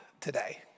today